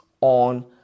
on